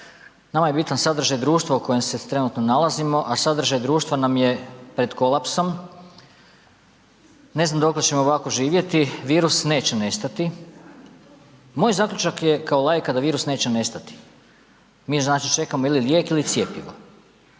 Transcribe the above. nama je bitan sadržaj društva u kojem se trenutno nalazimo, a sadržaj društva nam je pred kolapsom. Ne znam dokle ćemo ovako živjeti, virus neće nestati. Moj zaključak je kao laika da virus neće nestati. Mi znači čekamo ili lijek ili cjepivo.